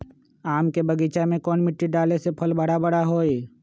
आम के बगीचा में कौन मिट्टी डाले से फल बारा बारा होई?